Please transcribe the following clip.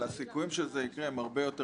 אבל הסיכויים שזה יקרה הם הרבה יותר